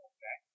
Okay